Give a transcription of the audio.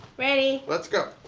ready. let's go.